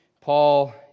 Paul